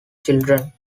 children